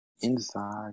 Inside